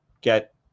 get